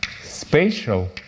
spatial